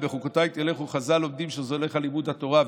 "אם בחקתי תלכו" חז"ל לומדים שזה הולך על לימוד התורה.